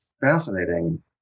fascinating